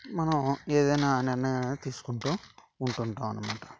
మనం ఏదైనా నిర్ణయాలు తీసుకుంటూ ఉంటుంటాం అన్నమాట